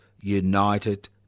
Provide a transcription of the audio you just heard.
united